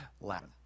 Latin